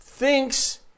Thinks